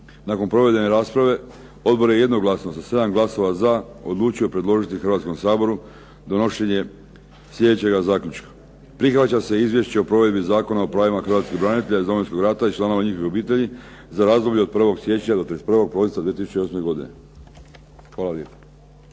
Nakon provedene rasprave odbor je jednoglasno sa 7 glasova za odlučio predložiti Hrvatskom saboru donošenje slijedećeg zaključka: „Prihvaća se Izvješće o provedbi Zakona o pravima hrvatskih branitelja iz Domovinskog rata i članova njihovih obitelji za razdoblje od 1. siječnja do 31. prosinca 2008. godine.“ Hvala lijepa.